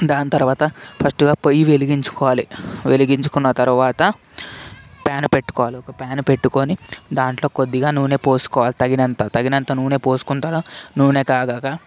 దాని తర్వాత ఫస్టు పొయ్యి వెలిగించుకోవాలి వెలిగించుకొన్న తరువాత ప్యాను పెట్టుకోవాలి ఒక ప్యాను పెట్టుకొని దాంట్లో కొద్దిగా నూనె పోసుకోవాలి తగినంత తగినంత నూనె పోసుకొని తర్వాత నూనె కాగినాక